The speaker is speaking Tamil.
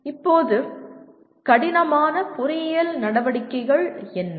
இப்போது சிக்கலான பொறியியல் நடவடிக்கைகள் என்ன